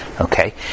Okay